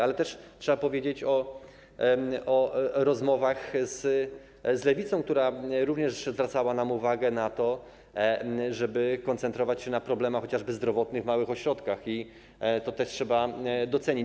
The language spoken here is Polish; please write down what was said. Ale trzeba też powiedzieć o rozmowach z Lewicą, która również zwracała nam uwagę na to, żeby koncentrować się na problemach chociażby zdrowotnych w małych ośrodkach, i to też trzeba docenić.